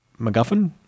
MacGuffin